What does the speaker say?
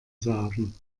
sagen